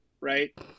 Right